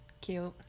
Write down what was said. Cute